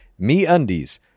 MeUndies